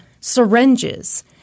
syringes